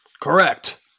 Correct